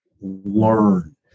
learn